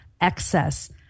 excess